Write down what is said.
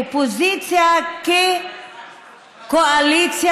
אופוזיציה כקואליציה,